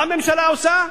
מה הממשלה עושה?